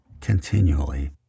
continually